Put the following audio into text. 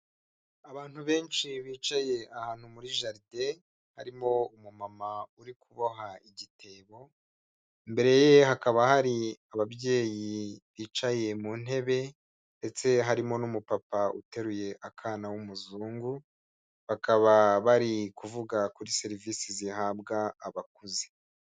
Abantu benshi bicaye ahantu muri jaride, harimo umumama uri kuboha igitebo, imbere ye hakaba hari ababyeyi bicaye mu ntebe, ndetse harimo n'umupapa uteruye akana w'umuzungu, bakaba bari kuvuga kuri serivisi zihabwa abakuze.